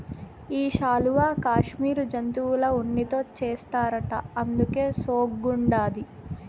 ఈ శాలువా కాశ్మీరు జంతువుల ఉన్నితో చేస్తారట అందుకే సోగ్గుండాది